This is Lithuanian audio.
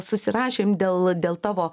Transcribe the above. susirašėm dėl dėl tavo